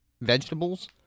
Vegetables